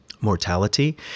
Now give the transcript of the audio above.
mortality